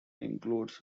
includes